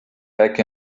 back